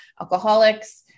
alcoholics